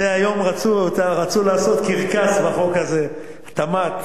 היום רצו לעשות קרקס בחוק הזה, התמ"ת,